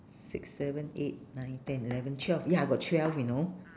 six seven eight nine ten eleven twelve ya I got twelve you know